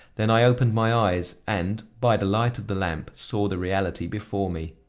then i opened my eyes and, by the light of the lamp, saw the reality before me.